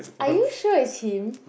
are you sure it's him